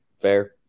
Fair